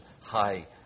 high